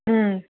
ꯎꯝ